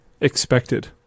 expected